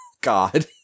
God